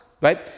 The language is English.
Right